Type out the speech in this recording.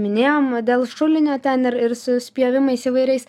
minėjom dėl šulinio ten ir ir su spjovimais įvairiais